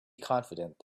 confident